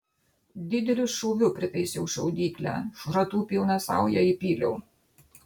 dideliu šūviu pritaisiau šaudyklę šratų pilną saują įpyliau